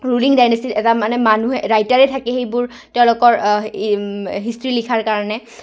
ruling dynasty এটা মানে মানুহে ৰাইটাৰে থাকে সেইবোৰ তেওঁলোকৰ হিষ্ট্ৰী লিখাৰ কাৰণে